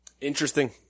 Interesting